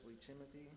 Timothy